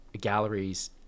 galleries